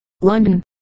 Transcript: London